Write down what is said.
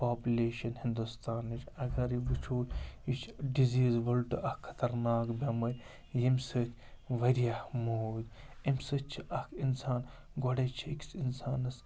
population ہِندُستانٕچ اَگَر یہِ وٕچھو یہِ چھِ ڈِزیٖز وٕلٹہٕ اَکھ خطرناک بٮ۪مٲرۍ ییٚمہِ سۭتۍ واریاہ موٗدۍ اَمہِ سۭتۍ چھِ اَکھ اِنسان گۄڈَے چھِ أکِس اِنسانَس